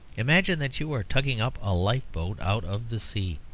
imagine that you are tugging up a lifeboat out of the sea.